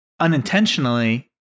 unintentionally